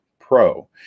Pro